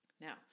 Now